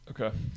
Okay